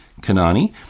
kanani